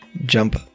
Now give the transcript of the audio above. jump